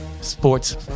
Sports